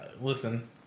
listen